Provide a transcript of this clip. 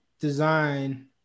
design